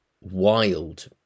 wild